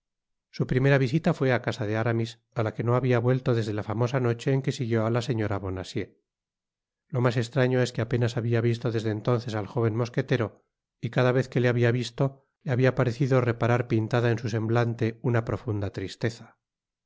su primera visita fué á casa de aramis á la que no habia vuelto desde la famosa noche en que siguió á la señora bonacieux lo mas estraño es que apenas habia visto desde entonces al jóven mosquetero y cada vez que le habia visto le habia parecido reparar pintada en su semblante una profunda tristeza